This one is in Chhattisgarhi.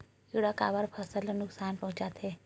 किड़ा काबर फसल ल नुकसान पहुचाथे?